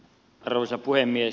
arvoisa puhemies